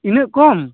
ᱤᱱᱟᱹᱜ ᱠᱚᱢ